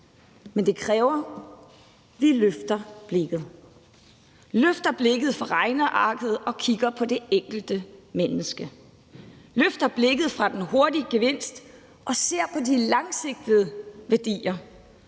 Men det kræver, at vi løfter blikket. Det kræver, at vi løfter blikket fra regnearket og kigger på det enkelte menneske, løfter blikket fra den hurtige gevinst og ser på de langsigtede værdier,